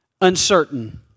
uncertain